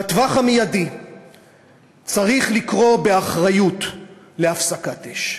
בטווח המיידי צריך לקרוא באחריות להפסקת אש.